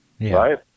Right